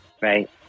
Right